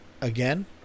Again